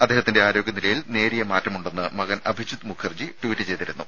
അദ്ദേഹത്തിന്റെ ആരോഗ്യനിലയിൽ നേരിയ മാറ്റമുണ്ടെന്ന് മകൻ അഭിജിത് മുഖർജി ട്വീറ്റ് ചെയ്തിരുന്നു